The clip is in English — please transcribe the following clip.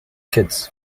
kids